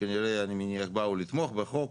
שכנראה אני מניח באו לתמוך בחוק.